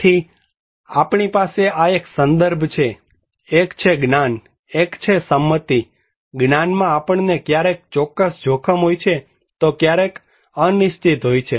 તેથી આપણી પાસે આ એક સંદર્ભ છે એક છે જ્ઞાન એક છે સંમતિ જ્ઞાનમાં આપણને ક્યારેક ચોક્કસ જોખમ હોય છે તો ક્યારેક અનિશ્ચિત હોય છે